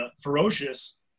ferocious